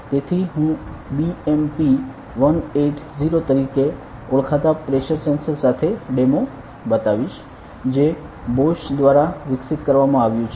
તેથી હું BMP180 તરીકે ઓળખાતા પ્રેશર સેન્સર સાથે ડેમો બતાવીશ જે બોશ દ્વારા વિકસિત કરવામાં આવ્યુ છે